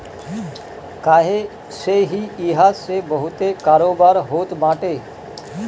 काहे से की इहा से बहुते कारोबार होत बाटे